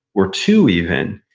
or two even,